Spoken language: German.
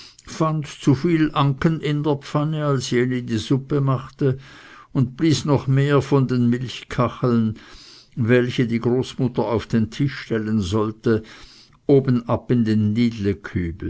fand zuviel anken in der pfanne als jene die suppe machte und blies noch mehr von den milchkacheln welche die großmutter auf den tisch stellen wollte oben ab in den